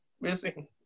missing